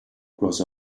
grows